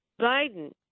Biden